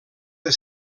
del